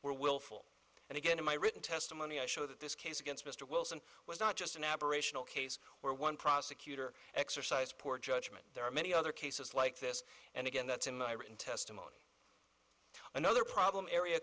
were willful and again in my written testimony i show that this case against mr wilson was not just an aberration a case where one prosecutor exercised poor judgment there are many other cases like this and again that's in my written testimony another problem area